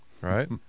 right